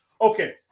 Okay